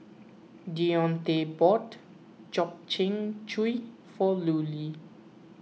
Deonta bought Gobchang Gui for Lulie